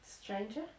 Stranger